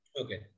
Okay